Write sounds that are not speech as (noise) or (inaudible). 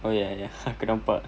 oh ya ya (laughs) aku nampak